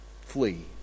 flee